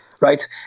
right